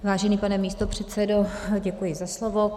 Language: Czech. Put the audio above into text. Vážený pane místopředsedo, děkuji za slovo.